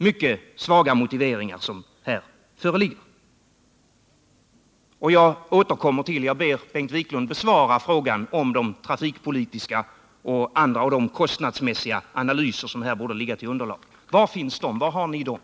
Jag ber än en gång Bengt Wiklund besvara frågan: Var finns de trafikpolitiska och de kostnadsmässiga analyser som här borde ligga som underlag? Var har ni dem?